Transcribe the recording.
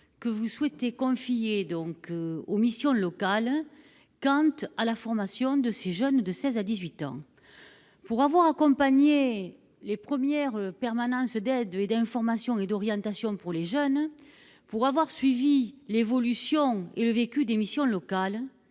que vous souhaitez confier aux missions locales ce rôle de contrôle de la formation des jeunes de 16 ans à 18 ans. Pour avoir accompagné les premières permanences d'aide, d'information et d'orientation des jeunes, pour avoir suivi l'évolution et le vécu des missions locales,